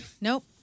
Nope